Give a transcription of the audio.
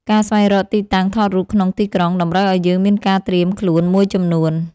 ការស្វែងរកទីតាំងថតរូបក្នុងទីក្រុង តម្រូវឲ្យយើងមានការត្រៀមខ្លួនមួយចំនួន។